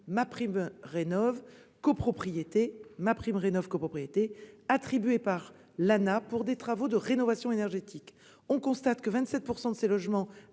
bénéficié du dispositif MaPrimeRénov'Copropriétés, attribuée par l'Anah pour des travaux de rénovation énergétique. On constate que 27 % de ces logements